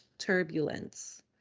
turbulence